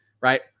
right